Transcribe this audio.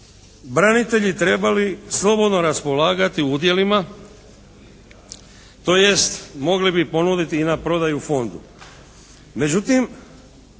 branitelji trebali slobodno raspolagati u udjelima, tj. mogli bi ponuditi i na prodaju fondu.